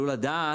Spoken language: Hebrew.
יוכלו לתת